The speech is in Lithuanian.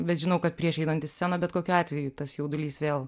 bet žinau kad prieš einant į sceną bet kokiu atveju tas jaudulys vėl